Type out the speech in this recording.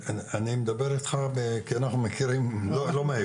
אני מדבר איתך כי אנחנו מכירים לא מהיום.